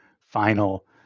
final